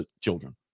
children